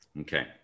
Okay